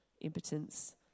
impotence